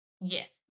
Yes